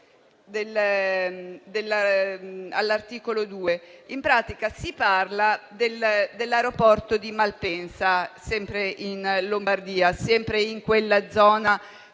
all'articolo 1-*ter*. In pratica si parla dell'aeroporto di Malpensa, sempre in Lombardia, sempre in quella zona